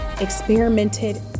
experimented